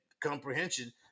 comprehension